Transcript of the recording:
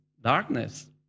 darkness